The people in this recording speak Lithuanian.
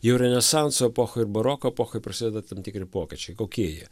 jau renesanso epochoj ir baroko epochoj prasideda tam tikri pokyčiai kokie jie